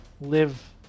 live